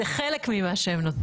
זה חלק ממה שהם נותנים.